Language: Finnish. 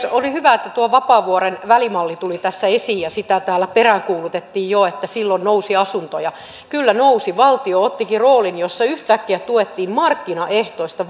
oli hyvä että tuo vapaavuoren välimalli tuli tässä esiin ja sitä täällä peräänkuulutettiin jo että silloin nousi asuntoja kyllä nousi valtio ottikin roolin jossa yhtäkkiä tuettiin markkinaehtoista